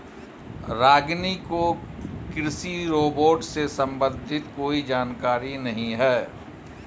रागिनी को कृषि रोबोट से संबंधित कोई जानकारी नहीं है